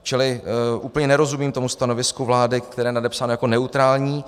Čili úplně nerozumím tomu stanovisku vlády, které je nadepsané jako neutrální.